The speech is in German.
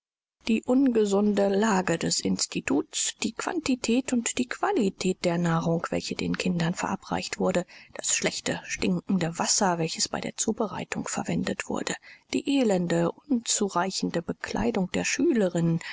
die ungesunde lage des instituts die quantität und die qualität der nahrung welche den kindern verabreicht wurde das schlechte stinkende wasser welches bei der zubereitung verwendet wurde die elende unzureichende bekleidung der schülerinnen